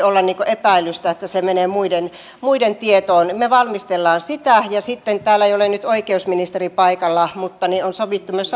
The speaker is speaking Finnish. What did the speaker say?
olla epäilystä että se menee muiden muiden tietoon me valmistelemme sitä ja sitten täällä ei ole nyt oikeusministeri paikalla on sovittu myös